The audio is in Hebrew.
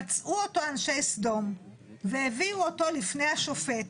פצעו אותו אנשי סדום והביאו אותו לפני השופט.